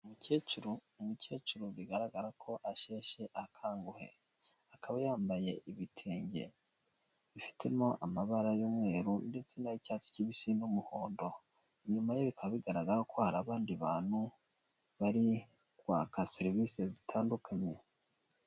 Umukecuru umukecuru bigaragara ko asheshe akanguhe. Akaba yambaye ibitenge bifitemo amabara y'umweru ndetse n'ay'icyatsi kibisi n'umuhondo. Inyuma ye bikaba bigaragara ko hari abandi bantu bari kwaka serivisi zitandukanye.